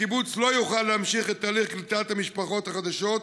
הקיבוץ לא יוכל להמשיך את תהליך קליטת המשפחות החדשות,